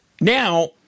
Now